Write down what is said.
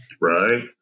Right